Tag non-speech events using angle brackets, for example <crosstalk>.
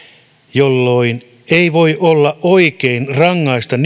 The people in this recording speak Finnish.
jolloin ei voi olla oikein rangaista <unintelligible>